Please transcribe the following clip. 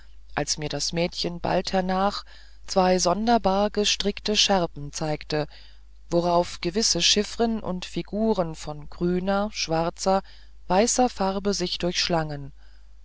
als mir das mädchen bald hernach zwei sonderbar gestrickte schärpen zeigte worauf gewisse chiffern und figuren von grüner schwarzer weißer farbe sich